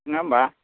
नोङा होनब्ला